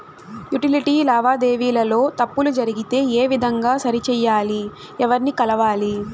Utility లావాదేవీల లో తప్పులు జరిగితే ఏ విధంగా సరిచెయ్యాలి? ఎవర్ని కలవాలి?